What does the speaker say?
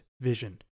Vision